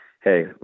hey